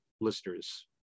listeners